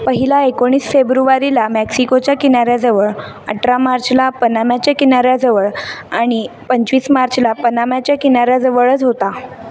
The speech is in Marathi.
पहिला एकोणीस फेब्रुवारीला मॅक्सिकोच्या किनाऱ्याजवळ अठरा मार्चला पनाम्याच्या किनाऱ्याजवळ आणि पंचवीस मार्चला पनाम्याच्या किनाऱ्याजवळच होता